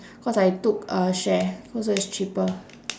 cause I took uh share so it's cheaper